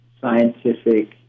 scientific